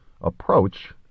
approach